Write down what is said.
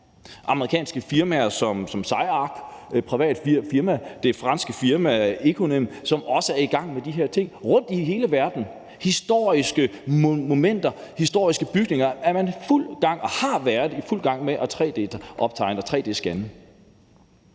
amerikanske firmaer som CyArk, et privat firma, og det franske firma Iconem, som også er i gang med de her ting. Det er rundt i hele verden. Historiske monumenter, historiske bygninger er man og har man været i fuld gang med at tre-d-optegne og tre-d-scanne.